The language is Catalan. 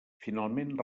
finalment